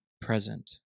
present